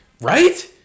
right